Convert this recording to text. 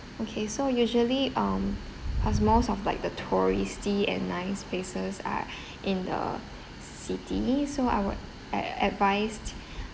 okay so usually um cause most of like the touristy and nice places are in the city so I would ad~ advise